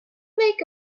make